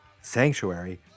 Sanctuary